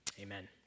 amen